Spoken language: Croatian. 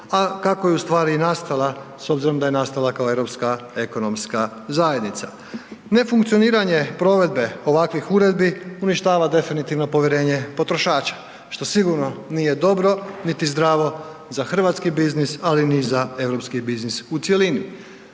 a kako je u stvari i nastala s obzirom da je nastala europska ekonomska zajednica. Nefunkcioniranje provedbe ovakvih uredbi uništava definitivno povjerenje potrošača što sigurno nije dobro niti zdravo za hrvatski biznis, ali ni za europski biznis u cjelini.